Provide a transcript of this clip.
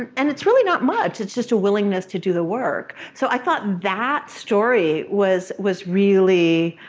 and it's really not much, it's just a willingness to do the work. so i thought that story was was really,